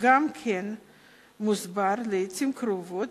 גם כן מוסבר לעתים קרובות